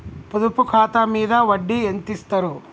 పొదుపు ఖాతా మీద వడ్డీ ఎంతిస్తరు?